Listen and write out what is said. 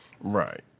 Right